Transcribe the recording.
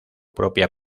propia